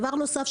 בנוסף,